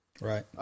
Right